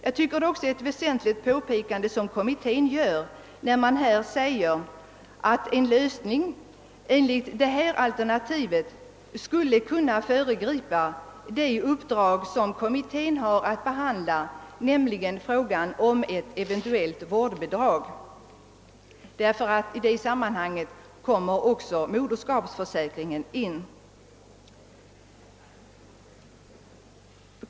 Jag tycker också att kommittén gör ett väsentligt påpekande när den framhåller, att en lösning enligt det här alternativet skulle kunna föregripa det uppdrag som kommittén har att behandla, nämligen frågan om ett särskilt vårdbidrag. I det sammanhanget kommer nämligen också moderskapsförsäkringen in i bilden.